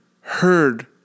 heard